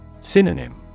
Synonym